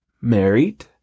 Married